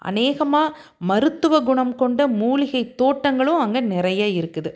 அநேகமாக மருத்துவ குணம் கொண்ட மூலிகைத் தோட்டங்களும் அங்கே நிறைய இருக்குது